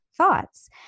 Thoughts